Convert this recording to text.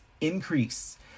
increase